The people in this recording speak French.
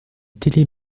télé